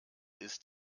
ist